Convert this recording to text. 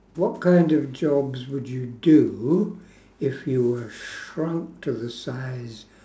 what kind of jobs would you do if you were shrunk to the size